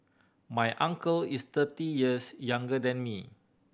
my uncle is thirty years younger than me